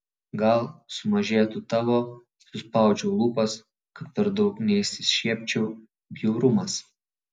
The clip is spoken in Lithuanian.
gal sumažėtų tavo suspaudžiu lūpas kad per daug neišsišiepčiau bjaurumas